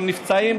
גם נפצעים.